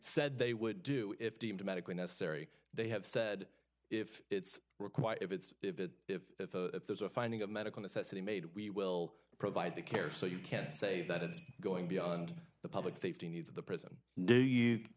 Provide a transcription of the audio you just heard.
said they would do if deemed medically necessary they have said if it's required if it's if there's a finding of medical necessity made we will provide the care so you can say that it's going beyond the public safety needs of the prison do you